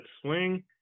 swing